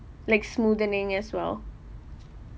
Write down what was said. like smoothening as well